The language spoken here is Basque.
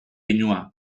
pinua